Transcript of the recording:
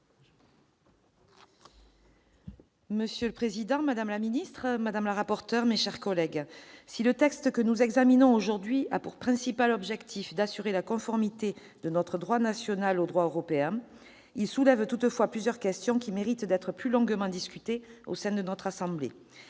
Monsieur le président, madame la garde des sceaux, mes chers collègues, si le texte que nous examinons aujourd'hui a pour principal objet d'assurer la conformité de notre droit national avec le droit européen, il soulève toutefois plusieurs questions qui méritent d'être plus longuement discutées au sein de notre assemblée.